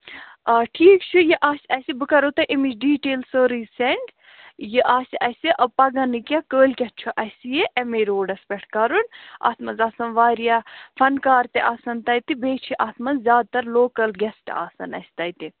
آ ٹھیٖک چھُ یہِ آسہِ اَسہِ بہٕ کَرہو تۅہہِ امِچ ڈیٖٹیل سٲرٕے سینٛڈ یہِ آسہِ اَسہِ پَگاہ نہَ کیٚنٛہہ کٲلۍکیٚتھ چھُ اَسہِ یہِ ایم اے روٗڈَس پیٚٹھ کَرُن اتھ منٛز آسَن واریاہ فَنکار تہِ آسَن تتہِ بیٚیہِ چھِ اتھ منٛز زیادٕ تر لوٗکل گیسٹ آسَن اَسہِ تتہِ